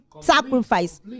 sacrifice